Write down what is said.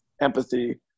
empathy